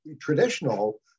traditional